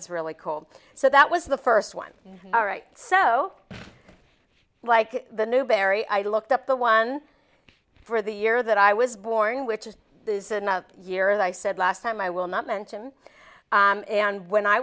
it's really cold so that was the first one all right so like the newberry i looked up the one for the year that i was born which is the year that i said last time i will not mention and when i